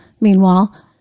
meanwhile